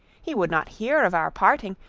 he would not hear of our parting,